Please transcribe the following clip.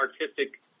artistic